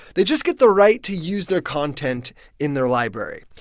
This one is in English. they just get the right to use their content in their library.